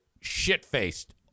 shit-faced